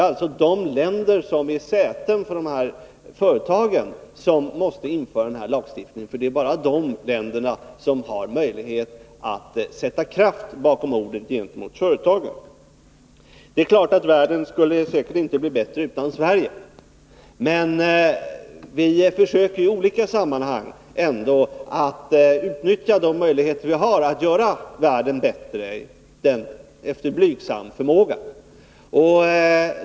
Bara de länder som är säten för företagen har möjlighet att sätta kraft bakom orden. Det är klart att världen inte skulle bli bättre utan Sveriges insatser. Vi försöker i olika sammanhang efter blygsam förmåga utnyttja de möjligheter vi har att förbättra världen.